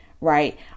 right